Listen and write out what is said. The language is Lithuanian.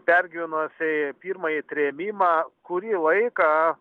pergyvenusiai pirmąjį trėmimą kurį laiką